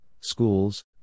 schools